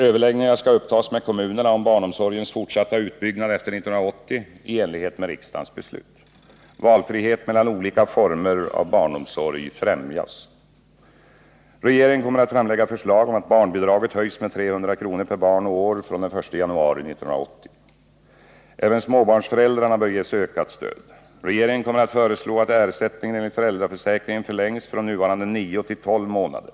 Överläggningar skall upptas med kommunerna om barnomsorgens fortsatta utbyggnad efter 1980 i enlighet med riksdagens beslut. Valfrihet mellan olika former av barnomsorg främjas. Regeringen kommer att framlägga förslag om att barnbidraget höjs med 300 kr. per barn och år från den 1 januari 1980. Även småbarnsföräldrarna bör ges ökat stöd. Regeringen kommer att föreslå att ersättningen enligt föräldraförsäkringen förlängs från nuvarande nio till tolv månader.